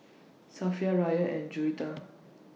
Safiya Ryan and Juwita